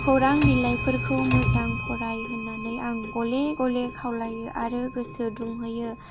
खौरां बिलाइफोरखौ मोजां फराय होननानै आं गले गले खावलायो आरो गोसो दुंहोयो